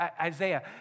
Isaiah